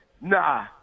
nah